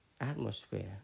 atmosphere